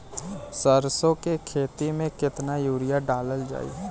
सरसों के खेती में केतना यूरिया डालल जाई?